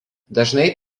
dažnai